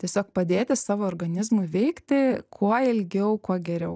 tiesiog padėti savo organizmui veikti kuo ilgiau kuo geriau